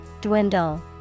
Dwindle